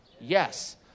Yes